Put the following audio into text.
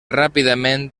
ràpidament